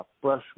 freshmen